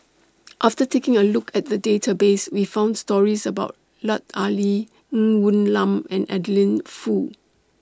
after taking A Look At The Database We found stories about Lut Ali Ng Woon Lam and Adeline Foo